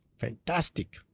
Fantastic